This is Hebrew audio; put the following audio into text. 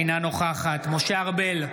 אינה נוכחת משה ארבל,